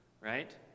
right